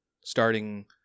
starting